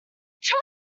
child